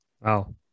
Wow